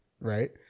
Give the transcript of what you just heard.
right